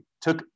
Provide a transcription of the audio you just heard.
took